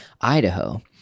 Idaho